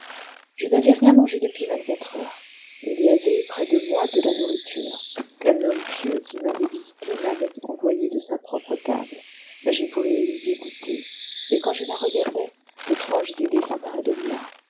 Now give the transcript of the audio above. je n'avais rien mangé depuis vingt-quatre heures il y avait près de moi de la nourriture qu'un homme pieux qui m'avait visité m'avait envoyé de sa propre table mais je ne pouvais y goûter et quand je la regardais d'étranges idées s'emparaient de moi